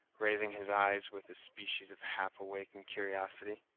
raising his eyes with a species of half-awakened curiosity,